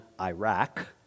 Iraq